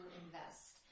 invest